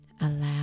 Allow